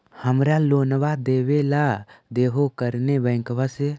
हमरा लोनवा देलवा देहो करने बैंकवा से?